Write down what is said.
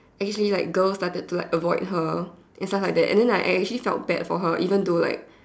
actually like girls started to avoid her and stuff like that and then I actually felt bad for her even though like